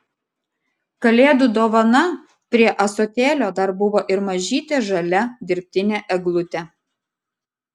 kalėdų dovana prie ąsotėlio dar buvo ir mažytė žalia dirbtinė eglutė